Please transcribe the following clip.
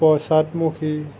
পশ্চাদমুখী